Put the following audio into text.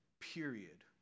Period